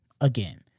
Again